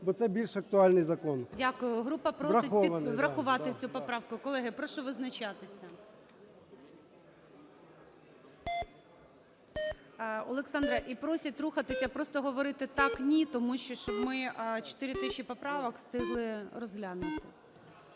бо це більш актуальний закон. Врахована, да. ГОЛОВУЮЧИЙ. Дякую. Група просить врахувати цю поправку. Колеги, прошу визначатися. Олександре, і просять рухатися, просто говорити "так", "ні", тому що, щоб ми 4 тисячі поправок встигли розглянути.